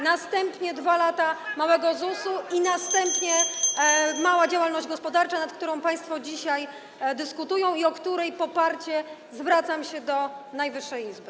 Następnie 2 lata małego ZUS-u i następnie mała działalność gospodarcza, nad którą państwo dzisiaj dyskutują i o której poparcie zwracam się do najwyższej Izby.